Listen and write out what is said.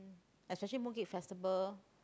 especially Mooncake Festival